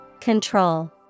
Control